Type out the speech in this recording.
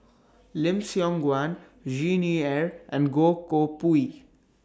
Lim Siong Guan Xi Ni Er and Goh Koh Pui